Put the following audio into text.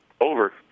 over